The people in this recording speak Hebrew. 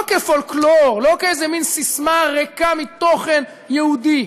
לא כפולקלור, לא כאיזה מן ססמה ריקה מתוכן יהודי,